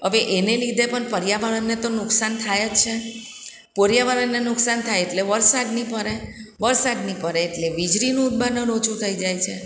હવે એને લીધે પણ પર્યાવરણને તો નુકસાન થાય જ છે પર્યાવરણને નુકસાન થાય એટલે વરસાદ નહીં પડે વરસાદ નહીં પડે એટલે વીજળીનું ઉત્પાદન ઓછું થઈ જાય છે